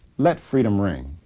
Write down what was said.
let freedom ring.